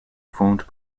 formed